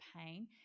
pain